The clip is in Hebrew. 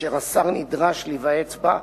אשר השר נדרש להיוועץ בה,